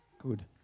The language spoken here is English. good